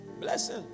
blessing